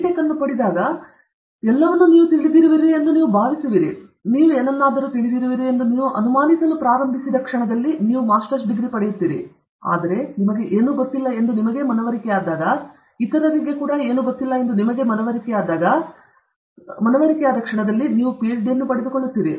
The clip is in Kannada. ಟೆಕ್ ಅನ್ನು ಪಡೆದಾಗ ಎಲ್ಲವನ್ನೂ ನೀವು ತಿಳಿದಿರುವಿರಿ ಎಂದು ನೀವು ಭಾವಿಸಿದರೆ ನೀವು ಏನನ್ನಾದರೂ ತಿಳಿದಿರುವಿರಿ ಎಂದು ನೀವು ಅನುಮಾನಿಸಲು ಪ್ರಾರಂಭಿಸಿದರೆ ನೀವು ಮಾಸ್ಟರ್ಸ್ ಪಡೆಯುತ್ತೀರಿ ಆದರೆ ನಿಮಗೆ ಏನೂ ಗೊತ್ತಿಲ್ಲ ಎಂದು ನಿಮಗೆ ಮನವರಿಕೆಯಾದರೆ ಇತರರಿಗೆ ಕೂಡಾ ಏನೂ ಗೊತ್ತಿಲ್ಲ ಎಂದು ನಿಮಗೆ ಮನವರಿಕೆಯಾದರೆ ನಂತರ ನೀವು ಪಿಎಚ್ಡಿ ಅನ್ನು ಪಡೆದುಕೊಳ್ಳುತ್ತೀರಿ